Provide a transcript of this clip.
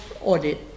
audit